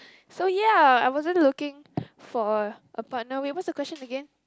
so ya I wasn't looking for a a partner wait what's the question again